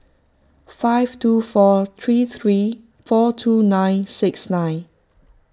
five two four three three four two nine six nine